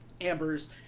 ambers